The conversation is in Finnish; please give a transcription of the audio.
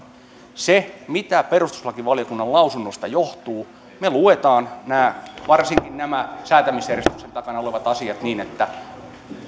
se mitä perustuslakivaliokunnan lausunnosta johtuu me luemme varsinkin nämä säätämisjärjestyksen takana olevat asiat niin että